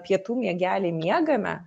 pietų miegelį miegame